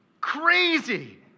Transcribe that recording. Crazy